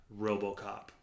Robocop